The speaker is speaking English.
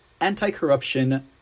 anti-corruption